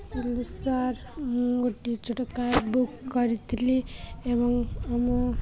hello sir ମୁଁ ଗୋଟେ ଛୋଟ କ୍ୟାବ୍ ବୁକ୍ କରିଥିଲି ଏବଂ ମୁଁ